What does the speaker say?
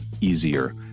easier